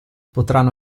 potranno